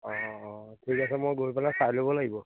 অঁ অঁ ঠিক আছে মই গৈ পেলাই চাই ল'ব লাগিব